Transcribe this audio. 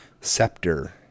Scepter